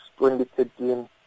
2013